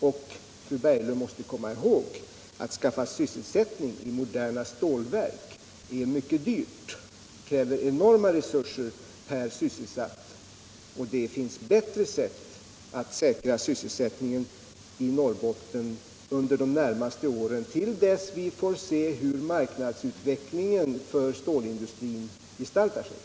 Och mot bakgrund av alla de löften som centern har gått ut med i valrörelsen — där man delvis fått stöd från de andra borgerliga partierna i vårt län — vill jag lägga herr industriministern varmt om hjärtat att tänka på att det finns utrymme inte enbart för stålverket utan också för verkstadsindustrin och för många andra sysselsättningar. Det är viktigt att den råvara som finns förädlas i Norrbotten, där vi också har arbetskraft.